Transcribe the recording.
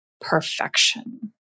perfection